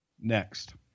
Next